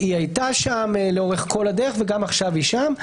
היא הייתה שם לאורך כל הדרך, וגם עכשיו היא שם.